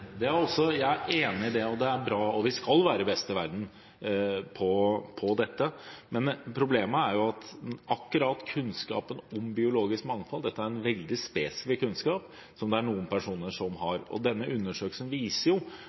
det, det er bra, og vi skal være best i verden på dette. Men problemet er at akkurat kunnskapen om biologisk mangfold er en veldig spesifikk kunnskap, som det er noen personer som har, og denne undersøkelsen viser